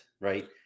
right